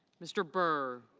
mr. burr